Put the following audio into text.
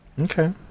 Okay